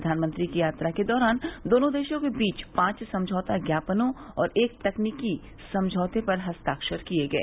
प्रधानमंत्री की यात्रा के दौरान दोनों देशों के बीच पांच समझौता ज्ञापनों और एक तकनीकी समझौते पर हस्ताक्षर किए गए